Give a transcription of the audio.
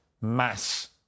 mass